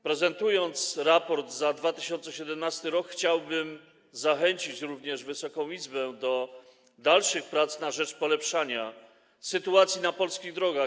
Prezentując raport za 2017 r., chciałbym zachęcić również Wysoką Izbę do dalszych prac na rzecz polepszania sytuacji na polskich drogach.